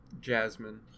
jasmine